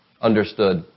understood